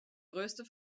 größte